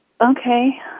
Okay